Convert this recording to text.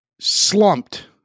slumped